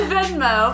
Venmo